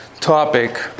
Topic